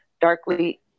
Darkly